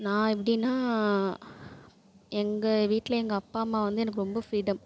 நான் எப்படின்னா எங்கள் வீட்டில் எங்கள் அப்பா அம்மா வந்து எனக்கு ரொம்ப ஃபிரீடம்